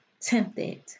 tempted